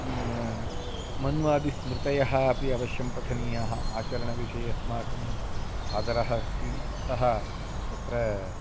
मन्वादिस्मृतयः अपि अवश्यं पठनीयाः आचरणविषये अस्माकम् आदरः अस्ति अतः तत्र